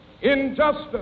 injustice